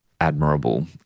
admirable